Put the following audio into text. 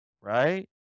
right